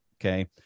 Okay